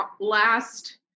last